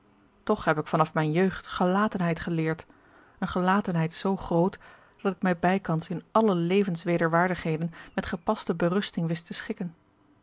toch heb ik vanaf mijne jeugd gelatenheid geleerd eene gelatenheid zoo groot dat ik mij bijkans in alle levenswederwaardigheden met gepaste berusting wist te schikken